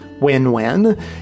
win-win